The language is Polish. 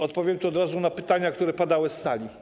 Odpowiem od razu na pytania, które padały z sali.